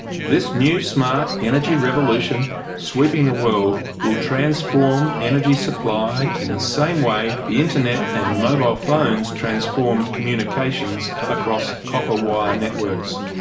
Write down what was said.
this new smart energy revolution sweeping the world will transform energy supply in the same way the internet and mobile phones transformed communications across copper wire networks.